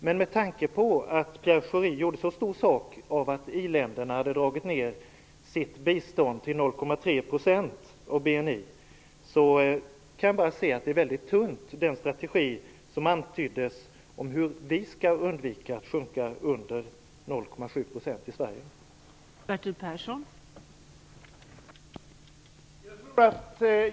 Men med tanke på att Pierre Schori gjorde så stor sak av att i-länderna hade dragit ned sitt bistånd till 0,3 % av BNI kan jag bara säga att den strategi som antyddes för hur vi i Sverige skall undvika att sjunka under 0,7 % är väldigt tunn.